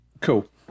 cool